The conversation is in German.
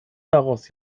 daraus